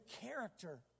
character